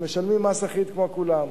הם משלמים מס אחיד כמו כולם.